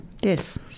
Yes